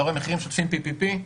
אתה רואה "מחירים שוטפים PPP"?